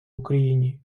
україні